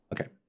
Okay